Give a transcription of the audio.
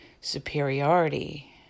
superiority